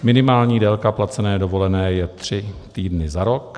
Minimální délka placené dovolené je tři týdny za rok.